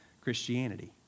Christianity